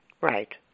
right